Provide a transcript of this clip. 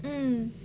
mm